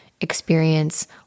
experience